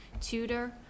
tutor